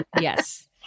Yes